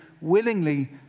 willingly